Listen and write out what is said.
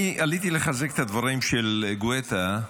אני עליתי לחזק את הדברים של גואטה.